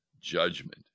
judgment